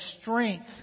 strength